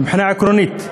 מבחינה עקרונית.